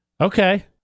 Okay